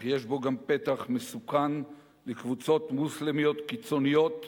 אך יש בו גם פתח מסוכן לקבוצות מוסלמיות קיצוניות,